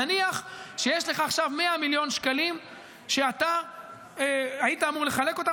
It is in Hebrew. נניח שיש לך עכשיו 100 מיליון שקלים שאתה היית אמור לחלק אותם,